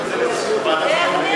לא, ועדת הכנסת.